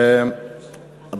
תודה.